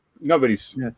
nobody's